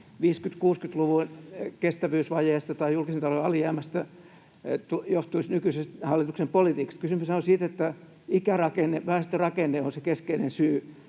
50—60-luvun kestävyysvajeesta tai julkisen talouden alijäämästä johtuisi nykyisen hallituksen politiikka. Kysymyshän on siitä, että ikärakenne, väestörakenne on se keskeinen syy.